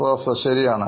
professor ശരിയാണ്